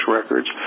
Records